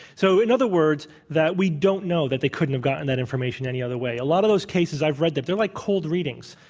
so, in other words we don't know that they couldn't have gotten that information any other way a lot of those cases i've read, that they're like cold readings,